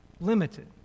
limited